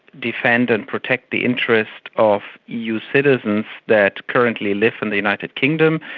defend and protect the interest of eu citizens that currently live in the united kingdom.